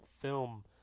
film